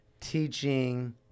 teaching